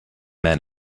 men